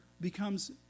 becomes